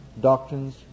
doctrines